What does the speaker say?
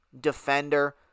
defender